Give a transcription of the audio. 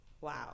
Wow